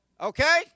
Okay